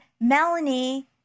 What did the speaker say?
Melanie